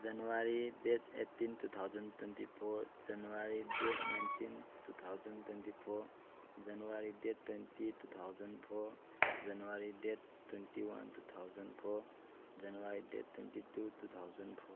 January date eighteen two thousand twenty four January date nineteen two thousand twenty four January date twenty two thousand four January date twenty one two thousand four January date twenty two two thousand four